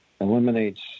eliminates